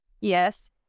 Yes